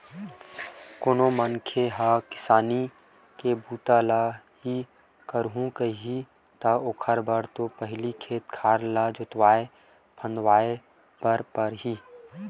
कोनो मनखे ह किसानी के बूता ल ही करहूं कइही ता ओखर बर तो पहिली खेत खार ल जोतवाय फंदवाय बर परही